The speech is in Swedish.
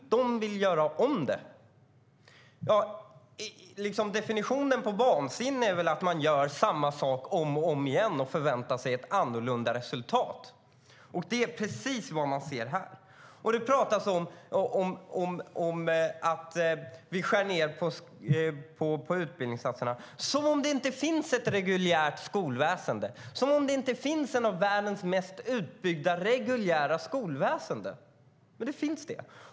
De vill göra om det. Definitionen på vansinne är väl att man gör samma sak om och om igen och förväntar sig ett annorlunda resultat. Det är precis vad man ser här. Det pratas om att vi skär ned på utbildningsinsatserna - som om inte ett av världens mest utbyggda reguljära skolväsen finns. Men det finns.